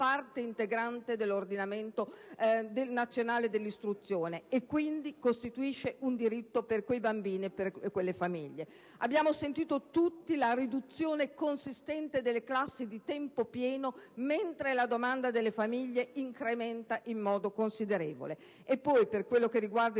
parte integrante dell'ordinamento nazionale dell'istruzione, quindi, costituisce un diritto per quei bambini con le famiglie. Abbiamo sentito tutti la riduzione consistente delle classi di tempo pieno, mentre la domanda delle famiglie aumenta in modo considerevole. Per quanto riguarda